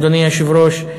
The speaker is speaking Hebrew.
אדוני היושב-ראש,